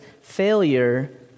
failure